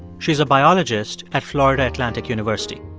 she's a biologist at florida atlantic university